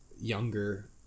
younger